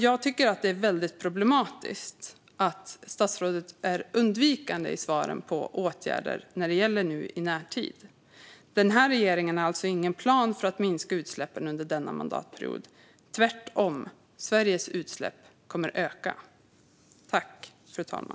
Jag tycker att det är väldigt problematiskt att statsrådet är undvikande i svaren i fråga om åtgärder i närtid. Denna regering har alltså ingen plan för att minska utsläppen under denna mandatperiod, tvärtom. Sveriges utsläpp kommer att öka.